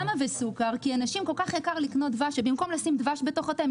עם כל הכבוד לדאודורנט, הוא